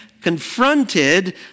confronted